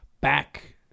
back